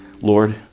Lord